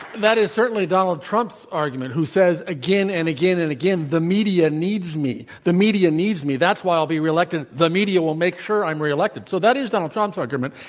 that is certainly donald trump's argument, who says again and again and again, the media needs me. the media needs me. that's why i'll be re-elected. the media will make sure i'm re-elected. so that is donald trump's argument.